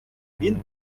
він